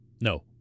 no